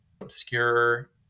obscure